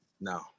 No